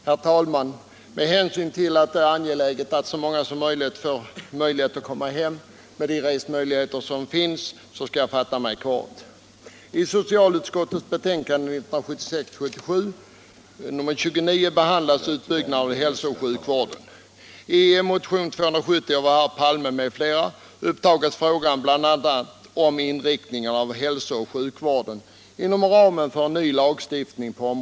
Herr talman! Med hänsyn till att det är angeläget att så många som möjligt kan komma hem med resmöjligheter som finns skall jag fatta mig kort.